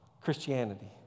Christianity